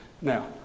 Now